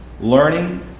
learning